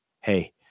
hey